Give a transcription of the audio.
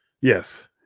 Yes